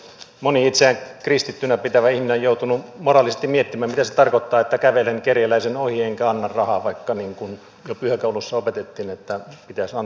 moni itseään kristittynä pitävä ihminen on joutunut moraalisesti miettimään mitä se tarkoittaa että kävelen kerjäläisen ohi enkä anna rahaa vaikka jo pyhäkoulussa opetettiin että pitäisi antaa kerjäävälle rahaa